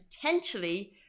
potentially